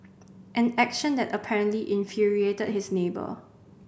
an action that apparently infuriated his neighbour